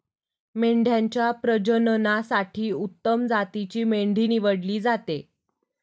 मेंढ्यांच्या प्रजननासाठी उत्तम जातीची मेंढी निवडली जाते